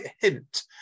hint